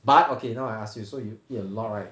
but okay now I ask you so you eat a lot right